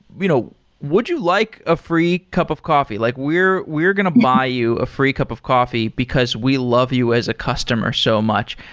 you know would you like a free cup of coffee. like we're we're going to buy you a free cup of coffee because we love you as a customer so much.